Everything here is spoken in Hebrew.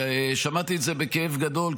שמעתי את זה בכאב גדול,